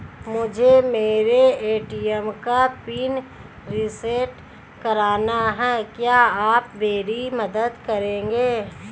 मुझे मेरे ए.टी.एम का पिन रीसेट कराना है क्या आप मेरी मदद करेंगे?